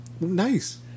nice